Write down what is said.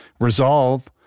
resolve